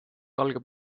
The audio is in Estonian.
algab